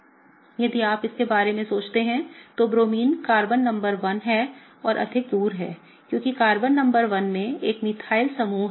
यदि आप इसके बारे में सोचते हैं तो ब्रोमीन कार्बन नंबर 1 से और अधिक दूर है क्योंकि कार्बन नंबर 1 में एक मिथाइल समूह है